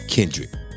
Kendrick